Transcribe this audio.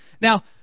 Now